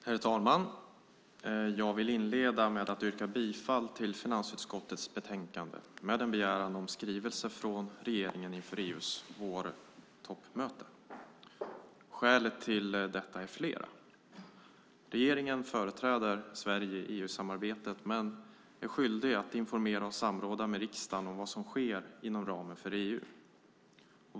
Herr talman! Jag vill inleda med att yrka bifall till förslaget i finansutskottets betänkande om en begäran om skrivelse från regeringen inför EU:s vårtoppmöte. Skälen till detta är flera. Regeringen företräder Sverige i EU-samarbetet men är skyldig att informera och samråda med riksdagen om vad som sker inom ramen för EU.